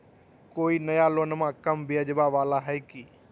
कोइ नया लोनमा कम ब्याजवा वाला हय की?